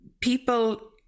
People